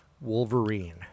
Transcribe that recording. Wolverine